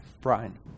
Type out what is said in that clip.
Brian